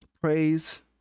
praise